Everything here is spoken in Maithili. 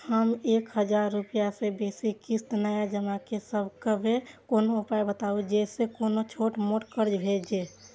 हम एक हजार रूपया से बेसी किस्त नय जमा के सकबे कोनो उपाय बताबु जै से कोनो छोट मोट कर्जा भे जै?